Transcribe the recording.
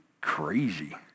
crazy